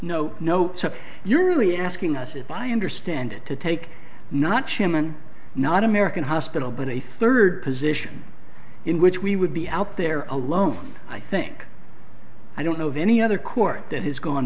no no so you're really asking us if i understand it to take not szymon not american hospital but a third position in which we would be out there alone i think i don't know of any other court that has gone